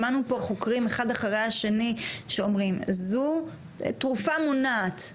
שמענו פה חוקרים אחד אחרי השני שאומרים זו תרופה מונעת,